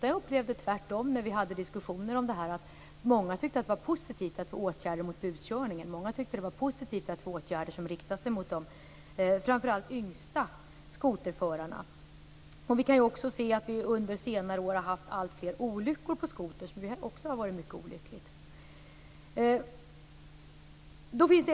När vi hade diskussioner om detta upplevde jag tvärtom att många tyckte att det var positivt med åtgärder mot buskörningen och med åtgärder som riktas mot framför allt de yngsta skoterförarna. Under senare år har det ju blivit alltfler olyckor med skotrarna, vilket också är mycket olyckligt.